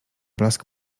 blask